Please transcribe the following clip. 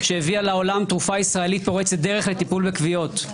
שהביאה לעולם תרופה ישראלית פורצת דרך לטיפול בכוויות.